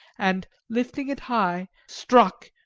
and lifting it high, struck,